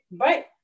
Right